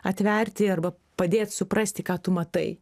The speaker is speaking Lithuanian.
atverti arba padėt suprasti ką tu matai